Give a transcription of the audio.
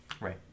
Right